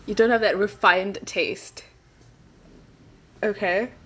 you don't have that refined taste okay